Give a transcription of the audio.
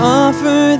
offer